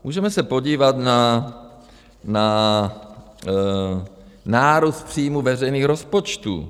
Můžeme se podívat na nárůst příjmů veřejných rozpočtů.